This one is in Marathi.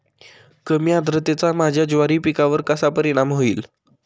कमी आर्द्रतेचा माझ्या ज्वारी पिकावर कसा परिणाम होईल?